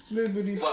Liberty